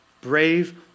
brave